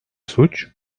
suç